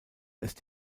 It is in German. ist